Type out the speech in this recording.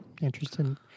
interesting